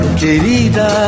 querida